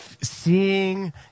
seeing